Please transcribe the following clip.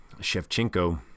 Shevchenko